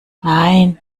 nein